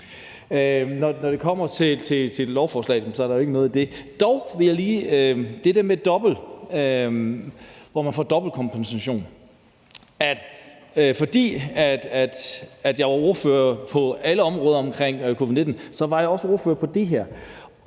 Når det kommer til lovforslaget, er der ikke noget i det. Dog vil jeg lige sige noget til det med, at man får dobbeltkompensation. Fordi jeg var ordfører på alle områder omkring covid-19, var jeg også ordfører på det her,